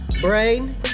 Brain